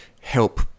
help